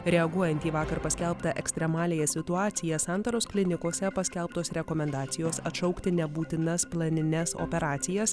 reaguojant į vakar paskelbtą ekstremaliąją situaciją santaros klinikose paskelbtos rekomendacijos atšaukti nebūtinas planines operacijas